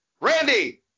Randy